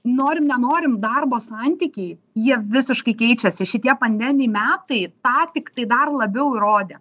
norim nenorim darbo santykiai jie visiškai keičiasi šitie pandeminiai metai tą tiktai dar labiau įrodė